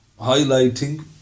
highlighting